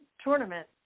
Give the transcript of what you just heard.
tournament